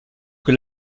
que